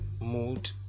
mood